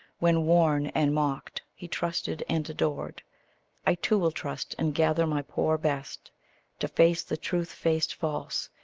when, worn and mocked, he trusted and adored i too will trust, and gather my poor best to face the truth-faced false.